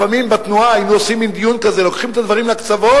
לפעמים בתנועה היינו עושים מין דיון כזה: לוקחים את הדברים לקצוות,